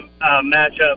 matchup